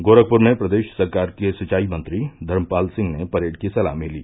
गोरखप्र में प्रदेश सरकार के सिंचाई मंत्री धर्मपाल सिंह ने परेड की सलामी ली